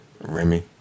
Remy